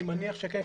אני מניח שכן,